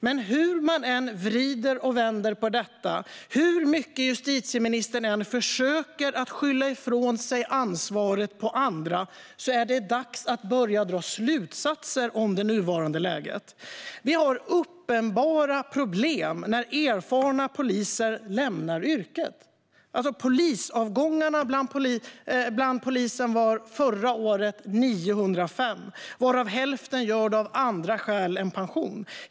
Men hur man än vrider och vänder på detta och hur mycket justitieministern än försöker att skylla ifrån sig ansvaret på andra är det dags att börja dra slutsatser om det nuvarande läget. Vi har uppenbara problem när erfarna poliser lämnar yrket. Antalet polisavgångar var förra året 905, varav hälften av andra skäl än pension.